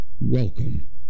welcome